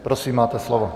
Prosím, máte slovo.